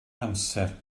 amser